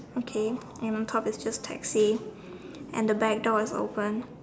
okay and on top is just taxi and the back door is open